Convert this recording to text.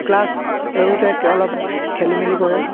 clutch এইবোৰত অলপ খেলি মেলি কৰে